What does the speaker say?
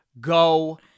Go